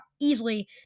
easily